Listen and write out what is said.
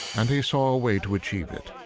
and he saw a way to achieve it.